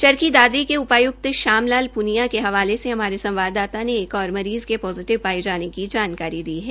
चरखी दादरी के उपाय्क्त शाम लाल प्निया के हवाले संवाददाता ने एक और मरीज़ के पोजिटिव पाये जाने की जानकारी दी है